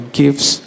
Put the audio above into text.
gives